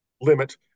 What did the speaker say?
limit